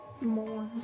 More